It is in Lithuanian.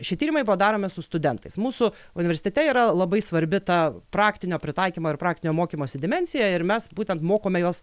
šie tyrimai buvo daromi su studentais mūsų universitete yra labai svarbi ta praktinio pritaikymo ir praktinio mokymosi dimensija ir mes būtent mokome juos